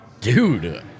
Dude